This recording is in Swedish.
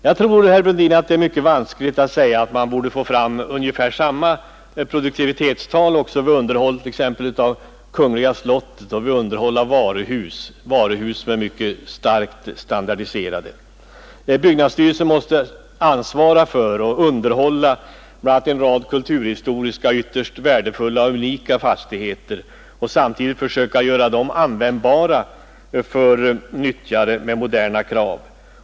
Det är nog mycket vanskligt, herr Brundin, att säga att ungefär samma produktivitetstal borde uppnås vid underhåll av t.ex. kungliga slottet som vid underhåll av varuhus, vilka är mycket starkt standardiserade. Byggnadsstyrelsen måste ansvara för och underhålla bl.a. en rad kulturhistoriskt ytterst värdefulla och unika fastigheter och samtidigt försöka göra dem användbara för nyttjare med moderna krav.